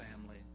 family